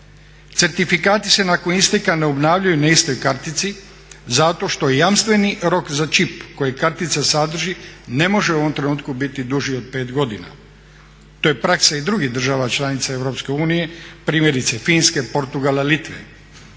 Certifikati se nakon isteka ne obnavljaju na istoj karici zato što je jamstveni rok za čip koji kartica sadrži ne može u ovom trenutku biti duži od pet godina. To je praksa i drugih država članica EU primjerice Finske, Portugala, Litve,